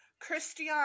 christian